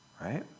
right